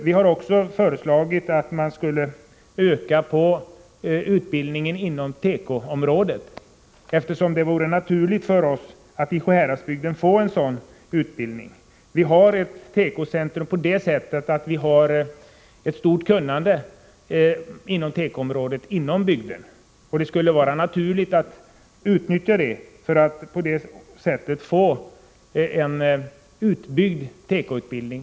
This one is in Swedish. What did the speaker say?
Vi har också föreslagit en ökad utbildning inom tekoområdet. Det vore naturligt att vi i Sjuhäradsbygden fick en sådan utbildning. Vi har där ett tekocentrum i och med att vi har ett stort kunnande på tekoområdet. Det skulle vara naturligt att utnyttja detta kunnande för att få en utbyggd tekoutbildning.